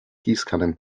gießkannen